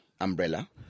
umbrella